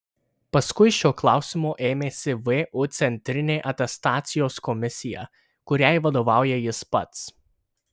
paskui šio klausimo ėmėsi vu centrinė atestacijos komisija kuriai vadovauja jis pats